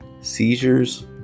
seizures